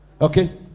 Okay